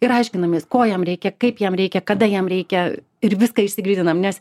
ir aiškinamės ko jam reikia kaip jam reikia kada jam reikia ir viską išsigryninam nes